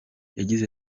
yagize